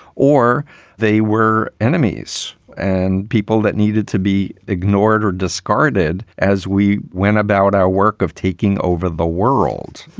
or they were enemies and people that needed to be ignored or discarded as we went about our work of taking over the world.